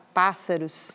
pássaros